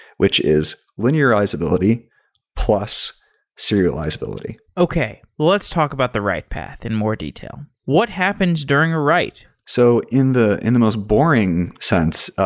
which is when linearizability plus serializability. okay, let's talk about the write path in more detail. what happens during a write? so, in the in the most boring sense,